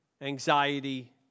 anxiety